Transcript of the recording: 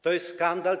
To jest skandal.